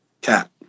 Cat